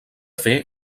fer